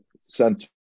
center